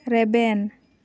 ᱨᱮᱵᱮᱱ